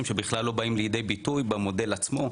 שבכלל לא באים ליידי ביטוי במודל עצמו,